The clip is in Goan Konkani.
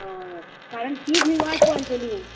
हय हय कारण तीं थंय वाट पळयतलीं